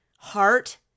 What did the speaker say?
Heart